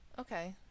Okay